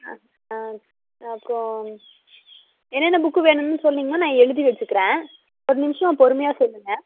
ஆ ஆ அப்புறம் என்னென்ன புக்கு வேணும்ன்னு சொன்னீங்கன்னால் நான் எழுதி வச்சிக்கிறேன் ஒரு நிமிஷம் பொறுமையாக சொல்லுங்கள்